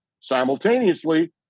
Simultaneously